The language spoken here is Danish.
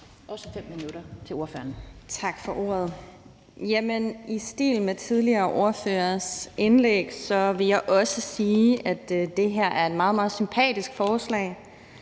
Valentina Berthelsen (SF): Tak for ordet. I stil med tidligere ordføreres indlæg vil jeg også sige, at det her er et meget, meget sympatisk forslag,